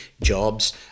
jobs